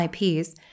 IPs